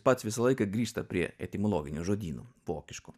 pats visą laiką grįžta prie etimologinio žodyno vokiško